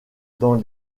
dans